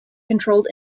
controlled